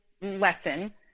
lesson